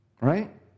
Right